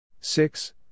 six